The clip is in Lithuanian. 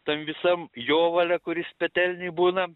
tam visam jovale kuris petelnioj būna